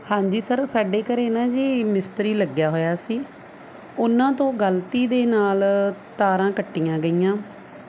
ਹਾਂਜੀ ਸਰ ਸਾਡੇ ਘਰ ਨਾ ਜੀ ਮਿਸਤਰੀ ਲੱਗਿਆ ਹੋਇਆ ਸੀ ਉਹਨਾਂ ਤੋਂ ਗਲਤੀ ਦੇ ਨਾਲ ਤਾਰਾਂ ਕੱਟੀਆਂ ਗਈਆਂ